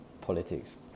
politics